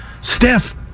Steph